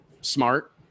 smart